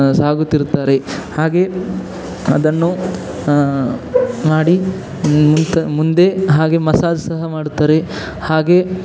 ಸಾಗುತ್ತಿರುತ್ತಾರೆ ಹಾಗೆ ಅದನ್ನು ಮಾಡಿ ಕ ಮುಂದೆ ಹಾಗೆ ಮಸಾಜ್ ಸಹ ಮಾಡುತ್ತಾರೆ ಹಾಗೇ